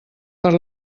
per